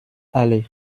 alle